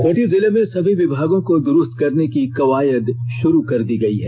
खूंटी जिले में सभी विभागों को दुरुस्त करने की कवायद शुरू कर दी गई है